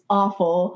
awful